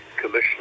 Commission